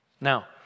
Now